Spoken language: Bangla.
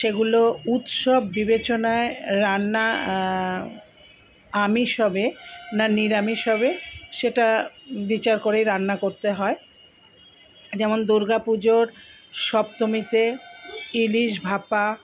সেগুলো উৎসব বিবেচনায় রান্না আমিষ হবে না নিরামিষ হবে সেটা বিচার করেই রান্না করতে হয় যেমন দুর্গা পুজোর সপ্তমীতে ইলিশ ভাপা